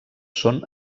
són